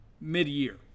mid-year